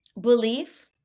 Belief